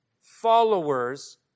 followers